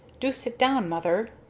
do sit down, mother,